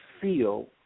feel